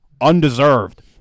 undeserved